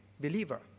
believer